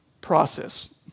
process